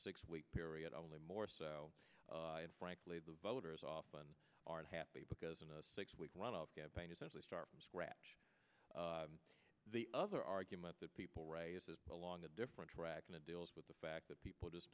six week period only more so and frankly the voters often aren't happy because in a six week lot of campaign essentially start from scratch the other argument that people raise is along a different track and it deals with the fact that people just